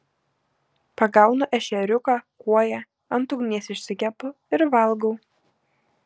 pagaunu ešeriuką kuoją ant ugnies išsikepu ir valgau